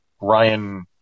Ryan